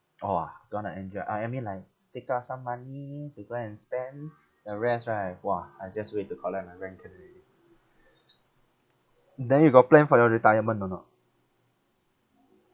all ah going to enjoy I I mean like take out some money to go and spend the rest right !wah! I just wait to collect my rent can already then you got plan for your retirement or not